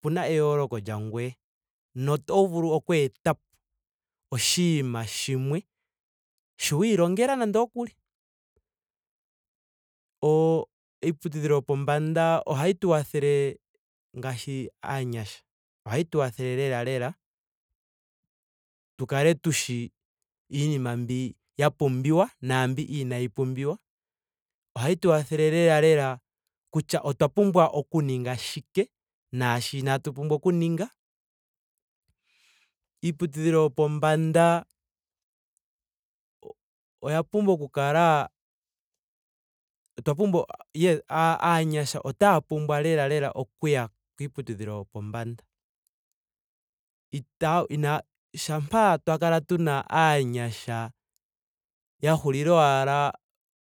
opena eyoooloko lyangoye. Na oto vulu oku etapo oshinima shimwe shi wa ilongela nando ookuli. O iiputudhiilo yopombanda ohayi tu wathele ngaashi aanyasha. Ohayi tu wathele lela lela t kale tushi iinima mbi ya pumbiwa naambi inaayi pumbiwa. Ohayi tu wathele lela lela kutya otwa pumbwa oku ninga shike nasshi iinatu pumbwa oku ninga. Iiputudhilo yopombanda oya pumbwa oku kala otwa pumbwa oku- ye- aanyasha otaa pumbwa lela lela okuya kiiputudhilo yopombanda. Itaya vulu inaya shampa ashike twa kala tuna aanyasha ya hulila owala